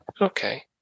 okay